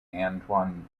antoine